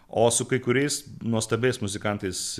o su kai kuriais nuostabiais muzikantais